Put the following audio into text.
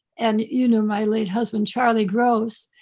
and you know, my late husband, charlie gross.